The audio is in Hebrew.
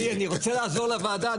אדוני, אני רוצה לעזור לוועדה.